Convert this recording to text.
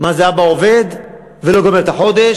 מה זה אבא עובד ולא גומר את החודש.